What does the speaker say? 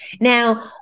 Now